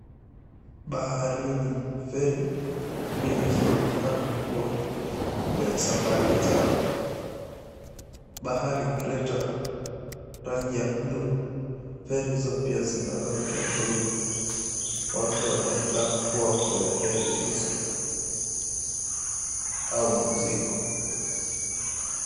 Baharini feri mbili zinaonekana kuwa kwenye safari zao bahari, ikileta rangi ya bluu, feri zio pia na rangi ya bluu. Watu wanaonekana kuwa kwenye feri hizo au mizigo.